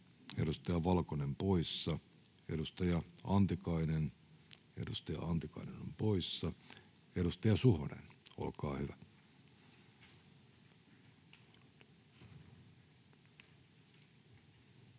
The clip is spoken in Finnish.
edustaja Valkonen poissa, edustaja Antikainen poissa. — Edustaja Suhonen, olkaa hyvä.